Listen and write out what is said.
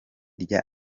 rya